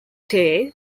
tay